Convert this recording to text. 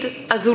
מיקי